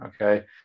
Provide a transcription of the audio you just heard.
Okay